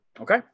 Okay